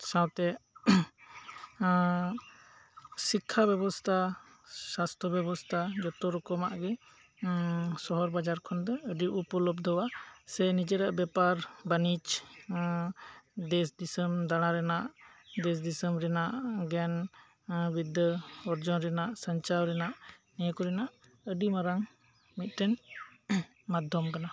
ᱥᱟᱶᱛᱮᱥᱤᱠᱠᱷᱟ ᱵᱮᱵᱚᱥᱛᱟ ᱥᱟᱥᱛᱚ ᱵᱮᱵᱚᱥᱛᱟ ᱡᱚᱛᱚ ᱨᱚᱠᱚᱢᱟᱜ ᱜᱮᱥᱚᱦᱚᱨ ᱵᱟᱡᱟᱨ ᱠᱷᱚᱱ ᱫᱚ ᱟᱹᱰᱤ ᱩᱯᱚᱞᱚᱵᱽᱫᱷᱚᱣᱟ ᱥᱮ ᱱᱤᱡᱮᱨᱟᱜ ᱵᱮᱯᱟᱨ ᱵᱟᱱᱤᱡᱽᱫᱮᱥ ᱫᱤᱥᱚᱢ ᱫᱟᱬᱟ ᱨᱮᱭᱟᱜ ᱫᱮᱥ ᱫᱤᱥᱚᱢ ᱨᱮᱭᱟᱜ ᱜᱮᱭᱟᱱ ᱵᱤᱫᱽᱫᱟᱹ ᱚᱨᱡᱚᱱ ᱨᱮᱭᱟᱜ ᱥᱟᱧᱪᱟᱣ ᱨᱮᱭᱟᱜ ᱱᱤᱭᱟᱹ ᱠᱚᱨᱮᱭᱟᱜ ᱟᱹᱰᱤ ᱢᱟᱨᱟᱝ ᱢᱤᱫᱴᱮᱱ ᱢᱟᱫᱽᱫᱷᱚᱢ ᱠᱟᱱᱟ